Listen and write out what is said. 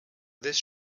this